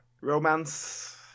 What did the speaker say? Romance